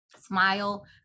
smile